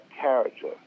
character